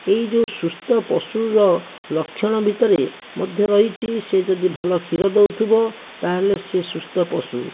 ଏହି ଯେଉଁ ସୁସ୍ଥ ପଶୁର ଲକ୍ଷଣ ଭିତରେ ମଧ୍ୟ ରହିଛି ସେ ଯଦି ଭଲ କ୍ଷୀର ଦେଉଥିବ ତାହେଲେ ସେ ସୁସ୍ଥ ପଶୁ